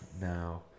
now